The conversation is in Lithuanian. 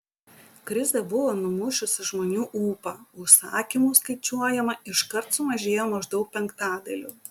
krizė buvo numušusi žmonių ūpą užsakymų skaičiuojama iškart sumažėjo maždaug penktadaliu